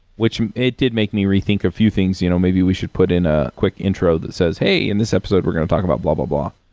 which it did make me rethink a few things. you know maybe we should put in a quick intro that says, hey, in this episode, we're going to talk about blah-blah blah.